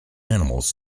animals